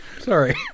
sorry